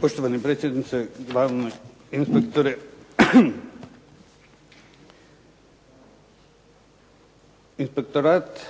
Poštovani predsjedniče, glavni inspektore inspektorat